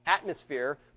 atmosphere